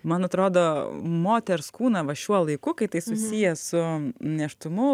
man atrodo moters kūną va šiuo laiku kai tai susiję su nėštumu